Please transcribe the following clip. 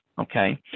okay